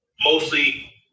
Mostly